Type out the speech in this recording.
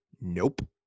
nope